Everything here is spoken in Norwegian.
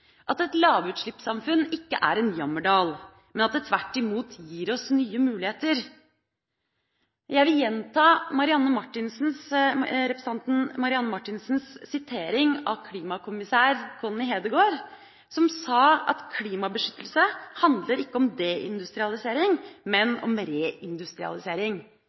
at et lavutslippssamfunn ikke er en jammerdal, men at det tvert imot gir oss nye muligheter. Jeg vil gjenta representanten Marianne Marthinsens sitering av klimakommissær Connie Hedegaard, som sa at klimabeskyttelse ikke handler om deindustrialisering, men om reindustrialisering.